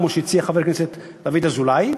כמו שהציע חבר הכנסת דוד אזולאי.